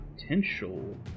potential